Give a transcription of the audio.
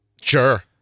Sure